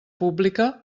pública